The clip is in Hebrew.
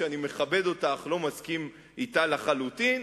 שאני מכבד אותה אך לא מסכים אתה לחלוטין,